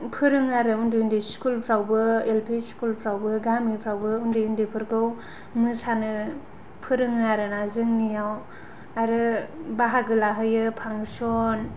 फोरोङो आरो उन्दै उन्दै स्कुलफ्रावबो एल पि स्कुलफ्रावबो गामिफ्रावबो उन्दै उन्दैफोरखौ मोसानो फोरोङो आरोना जोंनियाव आरो बाहागो लाहोयो फांशन